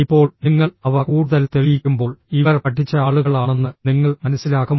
ഇപ്പോൾ നിങ്ങൾ അവ കൂടുതൽ തെളിയിക്കുമ്പോൾ ഇവർ പഠിച്ച ആളുകളാണെന്ന് നിങ്ങൾ മനസ്സിലാക്കും